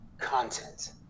content